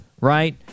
right